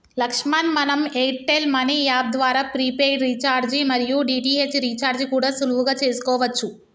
లక్ష్మణ్ మనం Airtel money app ద్వారా prepaid recharge మరియు డి.టి.హెచ్ రీఛార్జి కూడా సులువుగా చేసుకోవచ్చు